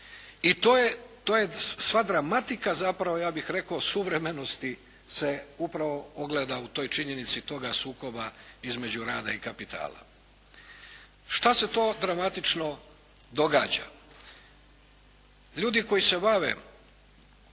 I to je sva dramatika zapravo ja bih rekao suvremenosti se upravo ogleda u toj činjenici toga sukoba između rada i kapitala. Što se to dramatično događa? Ljudi koji se bave